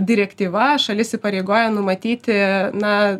direktyva šalis įpareigoja numatyti na